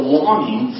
longing